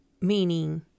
meaning